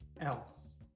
else